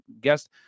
guest